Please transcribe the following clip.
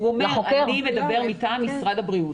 הוא אומר שהוא מדבר מטעם משרד הבריאות.